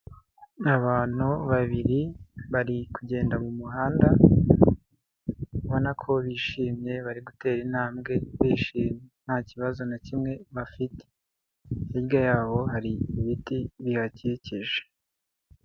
Abantu babiri bari kugenda mu muhanda, ubona ko bishimye, bari gutera intambwe bishimye nta kibazo na kimwe bafite, hirya yaho hari ibiti bihakikije.